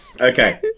Okay